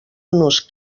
nos